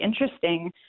interesting